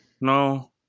No